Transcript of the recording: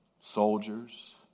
soldiers